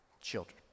children